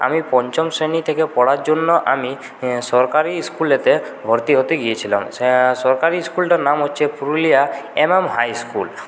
আমি পঞ্চম শ্রেণী থেকে পড়ার জন্য আমি সরকারি স্কুলেতে ভর্তি হতে গিয়েছিলাম সরকারি স্কুলটার নাম হচ্ছে পুরুলিয়া এমএম হাই স্কুল